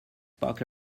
poke